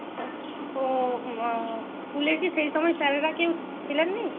ওহ্ তো স্কুলে কি সেই সময় স্যারেরা কেউ ছিলেন না